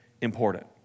important